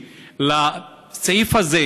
בסם אללה